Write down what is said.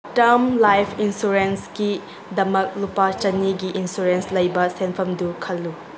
term life ꯏꯟꯁꯨꯔꯦꯟꯁꯀꯤꯗꯃꯛ ꯂꯨꯄꯥ ꯆꯅꯤꯒꯤ ꯏꯟꯁꯨꯔꯦꯟꯁ ꯂꯩꯕ ꯁꯦꯟꯐꯝꯗꯨ ꯈꯜꯂꯨ